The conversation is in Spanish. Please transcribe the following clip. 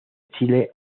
chile